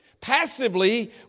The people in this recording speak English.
Passively